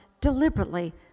deliberately